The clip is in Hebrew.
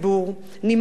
נמאסתם.